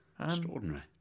Extraordinary